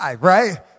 right